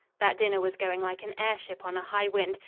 that dinner was going like an airship on a high wind,